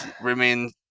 remain